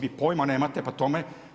Vi pojma nemate po tome.